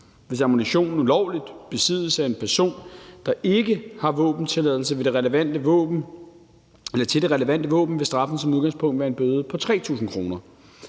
Hvis ammunitionen ulovligt besiddes af en person, der ikke har våbentilladelse til det relevante våben, vil straffen som udgangspunkt være en bøde på 3.000 kr.